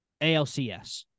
ALCS